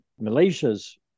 Malaysia's